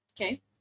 Okay